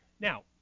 Now